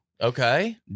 okay